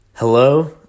Hello